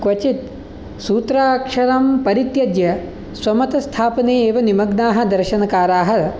क्वचित् सूत्राक्षरं परित्यज्य स्वमतस्थापने एव निमग्नाः दर्शनकाराः